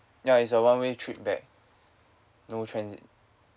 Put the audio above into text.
ya is a one way trip back no transit